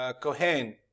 kohen